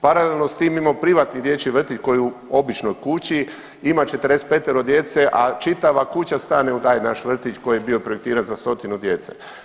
Paralelno s tim imamo privatni dječji vrtić koji je u običnoj kući, ima 45-ero djece, a čitava kuća stane u taj naš vrtić koji je bio projektiran za 100-tinu djece.